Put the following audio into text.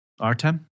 Artem